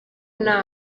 nta